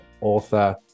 author